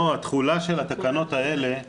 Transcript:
לא, התחולה של התקנות האלה,